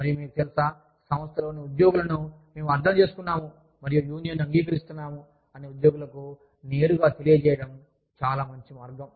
మరియు మీకు తెలుసా సంస్థలోని ఉద్యోగులను మేము అర్థం చేసుకున్నాము మరియు యూనియన్ అంగీకరిస్తున్నాము అని ఉద్యోగులకు నేరుగా తెలియజేయడం చాలా మంచి మార్గం